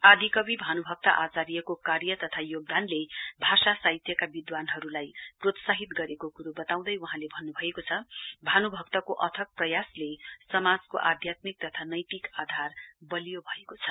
आदिकवि भानुभक्त आचार्यको कार्य तथा योगदानले भाषा साहित्यका विदानहरुलाई प्रोत्साहित गरेको कुरो वताउँदै वहाँले भन्नुभएको छ भानुभक्तको अथक प्रयासले समाजको आध्ययत्मिक तथा नैतिक आधार बलियो भएको छ